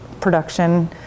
production